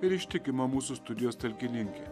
ir ištikima mūsų studijos talkininkė